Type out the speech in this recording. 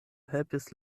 helpis